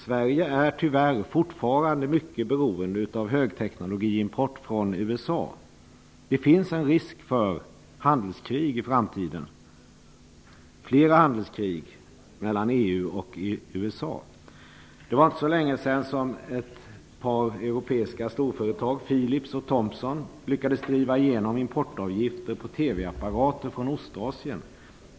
Sverige är tyvärr fortfarande mycket beroende av högteknologiimport från USA. Det finns en risk för fler handelskrig i framtiden mellan EU och Det var inte så länge sedan ett par europeiska storföretag, Philips och Tompson, lyckades driva igenom importavgifter på TV-apparater från Ostasien.